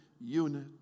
unit